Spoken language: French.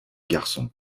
garçons